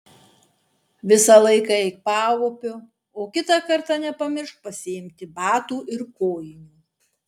visą laiką eik paupiu o kitą kartą nepamiršk pasiimti batų ir kojinių